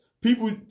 People